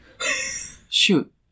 shoot